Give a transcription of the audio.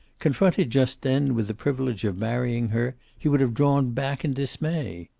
confronted just then with the privilege of marrying her, he would have drawn back in dismay.